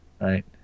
Right